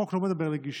החוק לא מדבר על גישה,